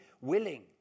willing